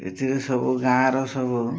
ଏଥିରେ ସବୁ ଗାଁର ସବୁ